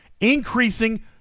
increasing